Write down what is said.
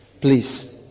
please